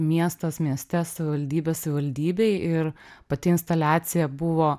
miestas mieste savivaldybė savivaldybėj ir pati instaliacija buvo